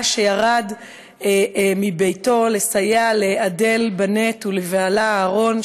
שירד מביתו לסייע לאדל בנט ולבעלה אהרן,